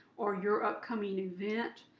or your upcoming event,